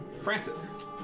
Francis